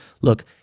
Look